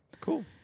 cool